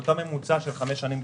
באותו ממוצע של חמש השנים הקודמות,